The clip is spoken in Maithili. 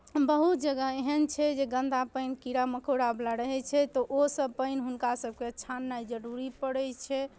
बहुत जगह एहन छै जे गन्दा पानि कीड़ा मकोड़ावला रहै छै तऽ ओसभ पानि हुनकासभके छननाइ जरूरी पड़ै छै